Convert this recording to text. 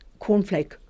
cornflake